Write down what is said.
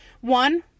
One